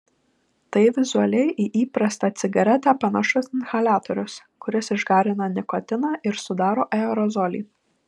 tai vizualiai į įprastą cigaretę panašus inhaliatorius kuris išgarina nikotiną ir sudaro aerozolį